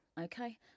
okay